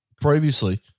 previously